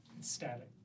static